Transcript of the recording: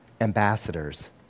ambassadors